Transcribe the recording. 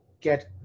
get